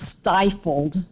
stifled